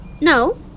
No